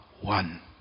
one